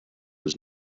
was